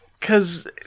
cause